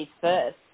first